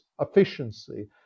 efficiency